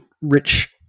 rich